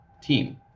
team